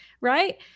Right